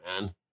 man